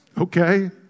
Okay